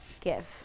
give